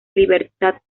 libertad